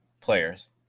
players